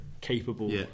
capable